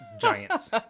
giants